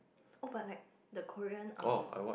oh but like the Korean um